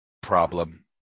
problem